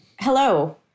Hello